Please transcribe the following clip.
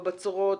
בבצורות.